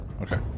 Okay